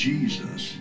Jesus